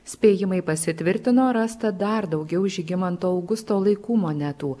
spėjimai pasitvirtino rasta dar daugiau žygimanto augusto laikų monetų